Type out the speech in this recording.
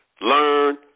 learn